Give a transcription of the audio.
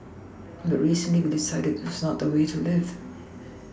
but recently we decided was not the way to live